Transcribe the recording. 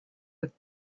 with